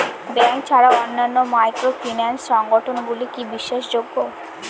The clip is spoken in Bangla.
ব্যাংক ছাড়া অন্যান্য মাইক্রোফিন্যান্স সংগঠন গুলি কি বিশ্বাসযোগ্য?